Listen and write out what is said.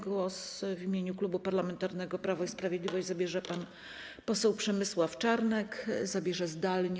Głos w imieniu Klubu Parlamentarnego Prawo i Sprawiedliwość zabierze pan poseł Przemysław Czarnek, zdalnie.